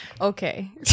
Okay